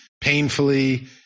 painfully